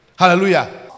Hallelujah